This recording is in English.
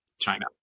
China